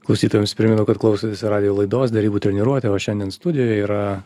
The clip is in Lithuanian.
klausytojams primenu kad klausotės radijo laidos derybų treniruote o šiandien studijoj yra